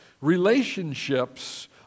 relationships